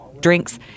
drinks